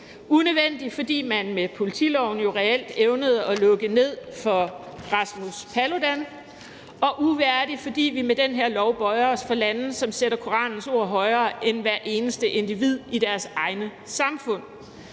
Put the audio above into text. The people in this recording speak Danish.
unødvendig, fordi man med politiloven reelt evnede at lukke ned for Rasmus Paludan, og uværdig, fordi vi med den her lov bøjer os for lande, som sætter Koranens ord højere end hvert eneste individ i deres egne samfund.